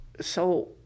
So-